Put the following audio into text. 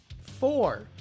Four